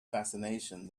fascination